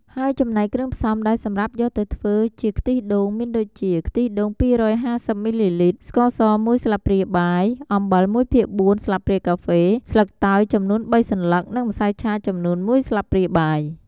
ហើយចំណែកគ្រឿងផ្សំដែលសម្រាប់យកទៅធ្វើជាខ្ទិះដូងមានដូចជា ខ្ទិះដូង២៥០មីលីលីត្រ ស្ករស១ស្លាបព្រាបាយ អំបិល១ភាគ៤ស្លាបព្រាកាហ្វេ ស្លឹកតើយចំនួន៣សន្លឹក និងម្សៅឆាចំនួន១ស្លាបព្រាបាយ។